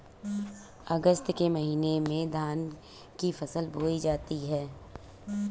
अगस्त के महीने में धान की फसल बोई जाती हैं